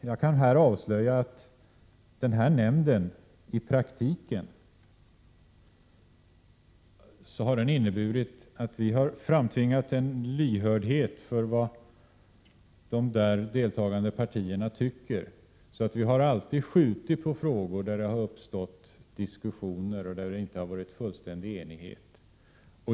Jag kan här avslöja att nämnden i praktiken har inneburit att vi har framtvingat en lyhördhet för vad de där deltagande partierna tycker. Vi har alltid skjutit på frågor som det uppstått diskussion kring eller sådana som det inte rått fullständig enighet om.